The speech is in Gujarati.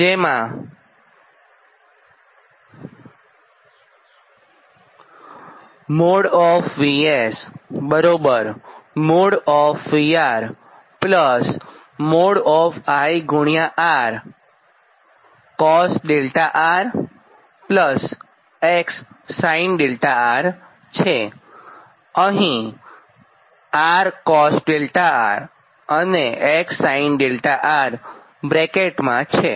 જેમાં |VS| |VR| |I| R cos 𝛿R X sin 𝛿R છે